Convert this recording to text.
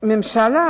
שהממשלה,